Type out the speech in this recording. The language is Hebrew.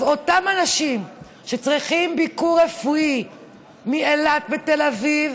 אז אותם אנשים מאילת שצריכים ביקור רפואי בתל אביב,